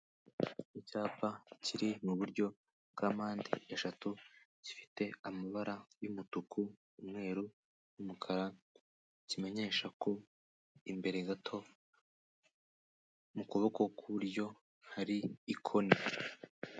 Icyapa kiri mu buryo bwa mpande eshatu gifite amabara y'umutuku, umweruru n'umukara kimenyesha ko imbere gato mu kuboko kw'iburyo hari ikoni.